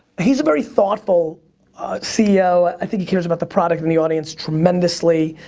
he's a very thoughtful ceo. i think he cares about the product and the audience tremendously.